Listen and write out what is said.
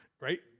right